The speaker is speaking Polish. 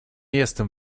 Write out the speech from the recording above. jestem